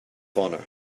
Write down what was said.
honor